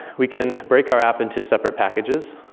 we can break our app into separate packages.